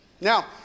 Now